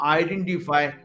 identify